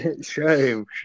Shame